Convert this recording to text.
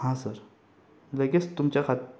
हां सर लगेच तुमच्या खात